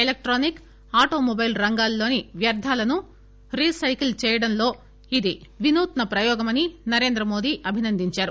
electronic automobile రంగాల్లోని వ్యార్థాలను recycle చేయడంలో ఇది వినూత్స ప్రయోగమని నరేంద్ర మోదీ అభినందించారు